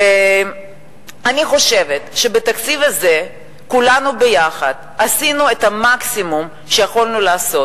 אני חושבת שבתקציב הזה כולנו ביחד עשינו את המקסימום שיכולנו לעשות.